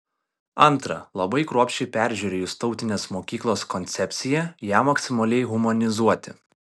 antra labai kruopščiai peržiūrėjus tautinės mokyklos koncepciją ją maksimaliai humanizuoti